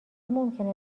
ممکنه